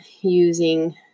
using